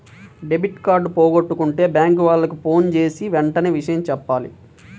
debit card పోగొట్టుకుంటే bank వాళ్లకి ఫోన్జేసి వెంటనే విషయం జెప్పాల